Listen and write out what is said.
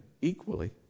equally